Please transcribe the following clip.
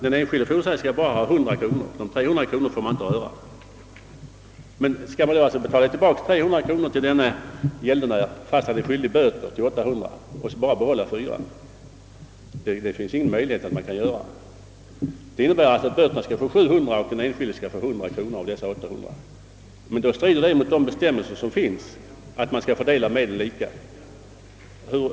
Den enskilde fordringsägaren skall alltså bara erhålla 100 kronor, eftersom de 300 kronorna inte får röras. Skall man då betala tillbaka 300 kronor till denna gäldenär, trots att han är skyldig böter med 800 kronor, och bara behålla 400 kronor för dessa? Det finns ingen möjlighet att göra på det sättet. Men om för böterna skulle utmätas 700 kronor och den enskilde fordringsägaren bara erhålla 100 kronor av dessa 800 kronor, strider det mot bestämmelserna om att medlen skall fördelas lika.